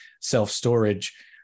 self-storage